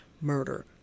murder